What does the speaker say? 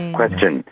question